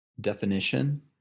Definition